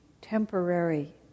temporary